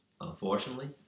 unfortunately